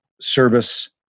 service